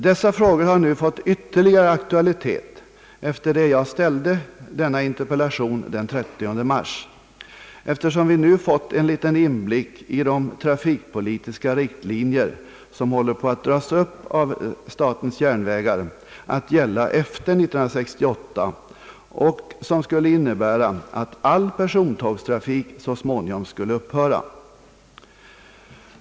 Dessa frågor har nu fått ytterligare aktualitet sedan jag ställde min interpellation, eftersom vi nu har fått en liten inblick i de trafikpolitiska riktlinjer som håller på att dragas upp av SJ att gälla efter 1968 och som skulle innebära att all persontågstrafik så småningom skulle upphöra.